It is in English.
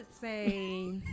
say